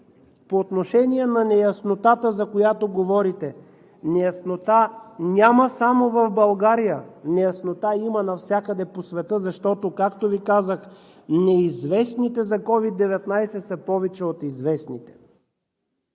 По отношение на неяснотата, за която говорите. Неяснота няма само в България, неяснота има навсякъде по света, защото, както Ви казах, неизвестните за COVID-19 са повече от известните.